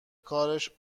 کارش